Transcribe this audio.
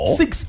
six